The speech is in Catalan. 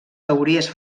teories